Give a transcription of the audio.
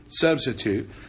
substitute